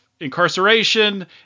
incarceration